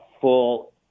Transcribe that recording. full